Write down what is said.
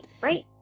Right